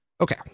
Okay